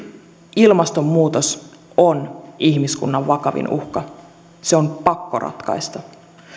ilmastonmuutos on ihmiskunnan vakavin uhka se on pakko ratkaista